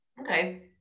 okay